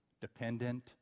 dependent